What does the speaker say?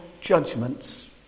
judgments